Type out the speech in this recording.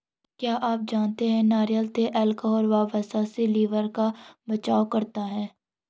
क्या आप जानते है नारियल तेल अल्कोहल व वसा से लिवर का बचाव करता है?